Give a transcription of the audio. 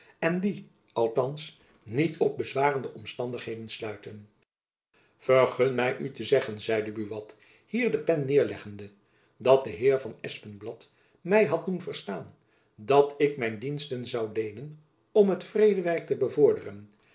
en dien althands niet op bezwarende omstandigheden sluiten vergun my u te zeggen zeide buat hier de pen nederleggende dat de heer van espenblad my had doen verstaan dat ik mijn diensten zoû leenen om het vredewerk te bevorderen